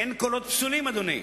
אין קולות פסולים, אדוני,